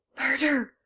murder.